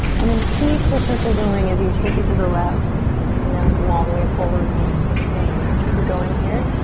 and then keep the circle going as you take it to the left and now come all the way forward once again. now keep it going here.